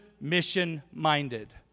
mission-minded